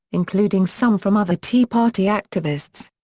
including some from other tea party activists.